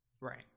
Right